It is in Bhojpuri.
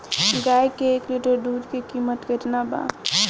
गाय के एक लिटर दूध के कीमत केतना बा?